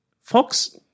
Fox